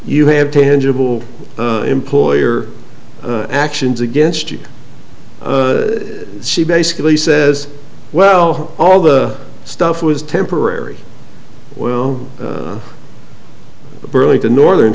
you have tangible employer actions against you she basically says well all the stuff was temporary well burlington northern